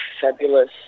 fabulous